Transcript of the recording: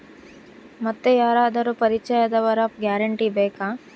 ಮತ್ತೆ ಯಾರಾದರೂ ಪರಿಚಯದವರ ಗ್ಯಾರಂಟಿ ಬೇಕಾ?